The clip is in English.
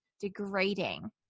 degrading